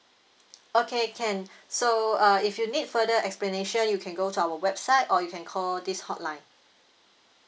okay can so uh if you need further explanation you can go to our website or you can call this hotline